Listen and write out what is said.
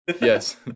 Yes